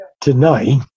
tonight